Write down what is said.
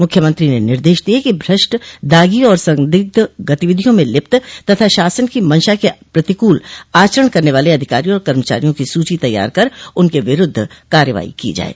मुख्यमंत्री ने निदेश दिये कि भ्रष्ट दागी आर संदिग्ध गतिविधियों में लिप्त तथा शासन की मंशा के प्रतिक्ल आचरण करने वाले अधिकारियों और कर्मचारियों की सूची तैयार कर उनके विरूद्ध कार्रवाई की जाये